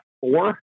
four